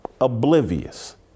oblivious